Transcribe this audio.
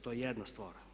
To je jedna stvar.